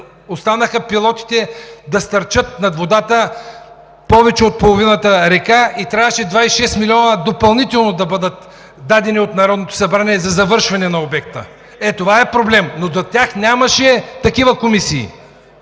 останаха пилоните да стърчат над водата на повече от половината река, и трябваше 26 милиона допълнително да бъдат дадени от Народното събрание за завършване на обекта. Ето, това е проблем! Но за тях нямаше такива комисии.